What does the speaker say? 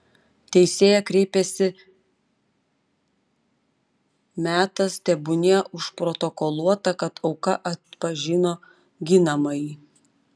teisėja kreipėsi metas tebūnie užprotokoluota kad auka atpažino ginamąjį